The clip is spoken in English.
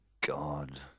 God